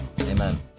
Amen